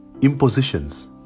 impositions